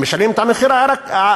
הם משלמים את המחיר העיקרי,